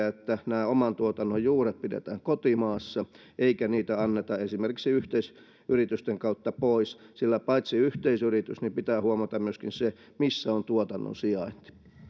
että nämä oman tuotannon juuret pidetään kotimaassa eikä niitä anneta esimerkiksi yhteisyritysten kautta pois sillä paitsi yhteisyritys pitää huomata myöskin se missä on tuotannon sijainti